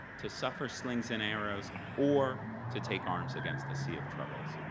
to suffer slings and arrows or to take arms against a sea of troubles.